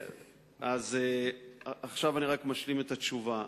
אז עכשיו אני רק משלים את התשובה.